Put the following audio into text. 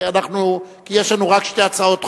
כי יש לנו רק שתי הצעות חוק,